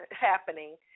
happening